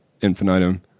infinitum